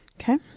Okay